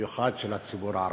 ובמיוחד של הציבור הערבי.